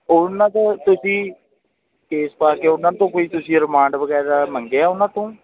ਉਹਨਾਂ ਤੋਂ ਤੁਸੀਂ ਕੇਸ ਪਾ ਕੇ ਉਹਨਾਂ ਤੋਂ ਕੋਈ ਤੁਸੀਂ ਰਿਮਾਂਡ ਵਗੈਰਾ ਮੰਗਿਆ ਉਹਨਾਂ ਤੋਂ